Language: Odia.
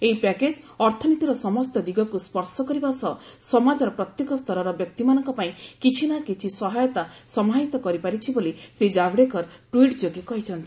ଏହି ପ୍ୟାକେଜ୍ ଅର୍ଥନୀତିର ସମସ୍ତ ଦିଗକୁ ସ୍ୱର୍ଶ କରିବା ସହ ସମାଜର ପ୍ରତ୍ୟେକ ସ୍ତରର ବ୍ୟକ୍ତିମାନଙ୍କପାଇଁ କିଛି ନା କିଛି ସହାୟତା ସମାହିତ କରିପାରିଛି ବୋଲି ଶ୍ରୀ ଜାବ୍ଡେକର ଟ୍ୱିଟ୍ ଯୋଗେ କହିଚ୍ଛନ୍ତି